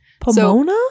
Pomona